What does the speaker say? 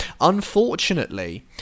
Unfortunately